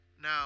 now